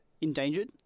endangered